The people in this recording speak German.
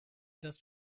dass